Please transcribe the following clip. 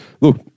look